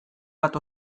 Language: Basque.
bat